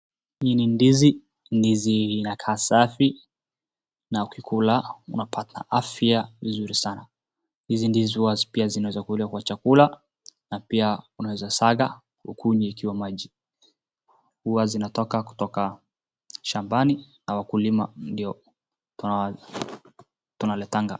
Hii ni ndizi, ndizi inakaa safi na ukikula unapata afya nzuri sana hizi ndizi huwa pia zinaezakua kwa chakula na pia unaezasaga ukunywe ikiwa maji huwa zinatoka kutoka shambani na wakulima ndio tunaletanga.